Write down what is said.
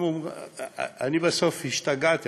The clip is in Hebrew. אני בסוף השתגעתי,